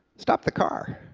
stop the car.